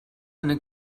eine